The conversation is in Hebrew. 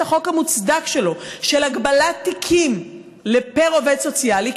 החוק המוצדק שלו להגבלת תיקים פר עובד סוציאלי,